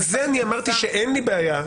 על זה אמרתי שאין לי בעיה.